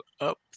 up